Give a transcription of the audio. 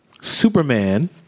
Superman